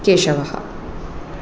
केशवः